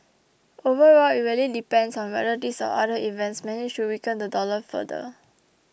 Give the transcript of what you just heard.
overall it really depends on whether these or other events manage to weaken the dollar further